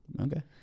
Okay